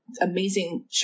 amazing